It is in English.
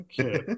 okay